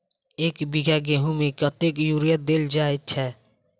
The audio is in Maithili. एक बीघा गेंहूँ मे कतेक यूरिया देल जाय छै?